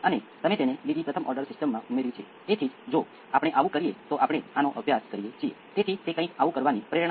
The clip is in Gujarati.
હવે તમે અચળ A 1 અને A 2 કેવી રીતે નક્કી કરો છો પ્રારંભિક પરિસ્થિતિનો ઉપયોગ કરીને પહેલાની જેમ